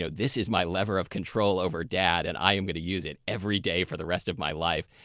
so this is my lever of control over dad, and i am going to use it every day for the rest of my life.